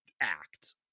act